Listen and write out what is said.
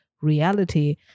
reality